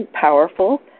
powerful